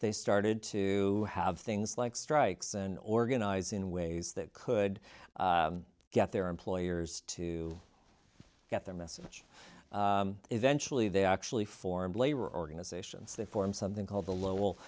they started to have things like strikes and organize in ways that could get their employers to get their message eventually they actually formed labor organizations they formed something called the lo